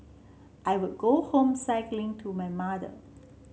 I would go home cycling to my mother